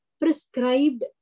prescribed